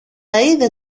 είδε